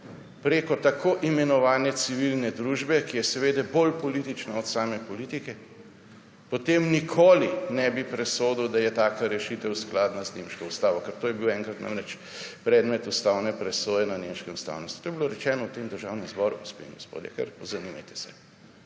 preko tako imenovane civilne družbe, ki je seveda bolj politična od same politike, potem nikoli ne bi presodil, da je taka rešitev skladna z nemško ustavo.« To je bil namreč enkrat predmet ustavne presoje na nemškem ustavnem sodišču. To je bilo rečeno v tem državnem zboru, gospe in gospodje, kar pozanimajte se.